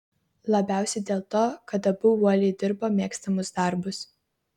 labiausiai dėl to kad abu uoliai dirbo mėgstamus darbus